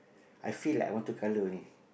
I feel like I want to colour only